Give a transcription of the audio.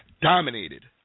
dominated